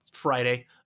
friday